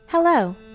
Hello